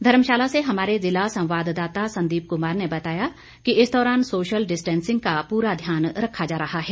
धर्मशाला से हमारे ज़िला संवाददाता संदीप कुमार ने बताया कि इस दौरान सोशल डिस्टेंसिंग का पूरा ध्यान रखा जा रहा है